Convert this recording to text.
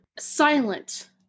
silent